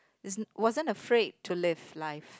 isn't wasn't afraid to live life